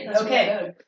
Okay